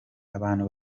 abantu